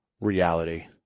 reality